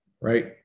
right